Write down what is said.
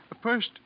First